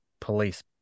police